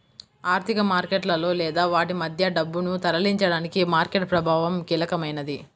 ఆర్థిక మార్కెట్లలో లేదా వాటి మధ్య డబ్బును తరలించడానికి మార్కెట్ ప్రభావం కీలకమైనది